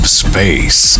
space